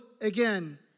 again